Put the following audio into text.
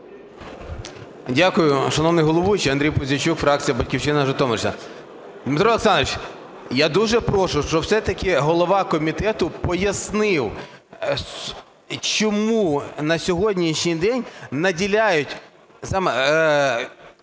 Дякую, шановний головуючий. Андрій Пузійчук, фракція "Батьківщина", Житомирщина. Дмитро Олександрович, я дуже прошу, щоб все-таки голова комітету пояснив, чому на сьогоднішній день наділяють